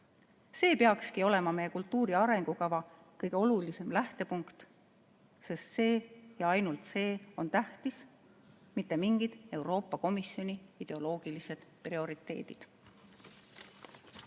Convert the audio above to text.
See peakski olema meie kultuuri arengukava kõige olulisem lähtepunkt, sest see ja ainult see on tähtis, mitte mingid Euroopa Komisjoni ideoloogilised prioriteedid.